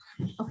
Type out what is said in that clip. Okay